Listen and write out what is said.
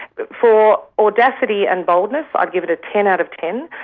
but for audacity and boldness i'd give it a ten out of ten.